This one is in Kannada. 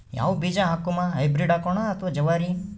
ಯಾವ ಬೀಜ ಹಾಕುಮ, ಹೈಬ್ರಿಡ್ ಹಾಕೋಣ ಅಥವಾ ಜವಾರಿ?